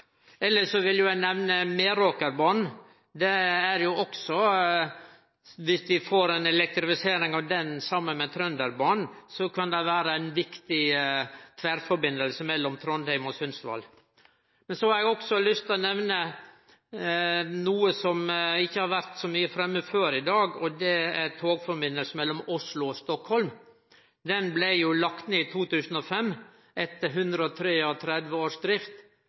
vil eg nemne Meråkerbanen. Dersom vi får elektrifisering av han, saman med Trønderbanen, kan det vere ein viktig tverrforbindelse mellom Trondheim og Sundsvall. Så har eg også lyst til å nemne noko som ikkje har vore så mykje framme før i dag, og det er togforbindelsen mellom Oslo og Stockholm. Han blei lagd ned i 2005, etter 133 års drift,